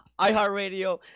iHeartRadio